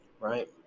right